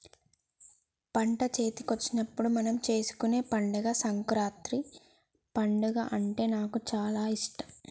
పంట చేతికొచ్చినప్పుడు మనం చేసుకునే పండుగ సంకురాత్రి పండుగ అంటే నాకు చాల ఇష్టం